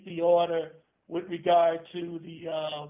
the order with regard to the